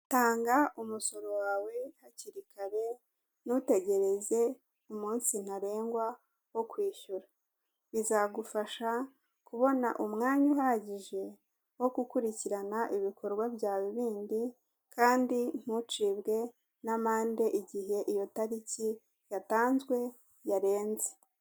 Tanga umusoro wawe hakiri kare ntutegereze umunsi ntarengwa wo kwishyura bizagufasha kubona umwanya uhagije wo gukurikirana ibikorwa byawe bindi kandi ntucibwe n'amande igihe iyo tariki yatanzwe yarenze.